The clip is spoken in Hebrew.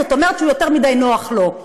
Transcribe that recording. זאת אומרת שיותר מדי נוח לו,